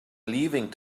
leaving